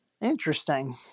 Interesting